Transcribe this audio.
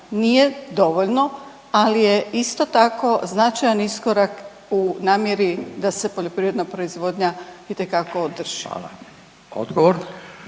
Nije dovoljno, ali je isto tako značajan iskorak u namjeri da se poljoprivredna proizvodnja itekako održi. **Radin,